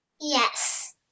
Yes